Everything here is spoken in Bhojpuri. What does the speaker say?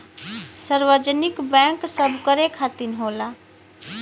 सार्वजनिक बैंक सबकरे खातिर होला